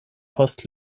post